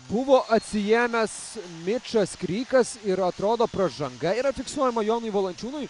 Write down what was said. buvo atsiėmęs mičas krykas ir atrodo pražanga yra fiksuojama jonui valančiūnui